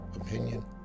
opinion